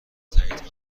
تایید